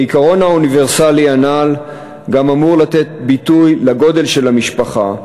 העיקרון האוניברסלי הנ"ל גם אמור לתת ביטוי לגודל של המשפחה,